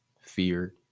fear